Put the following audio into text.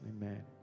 amen